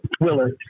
Willard